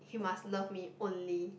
you must love me only